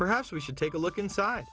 perhaps we should take a look inside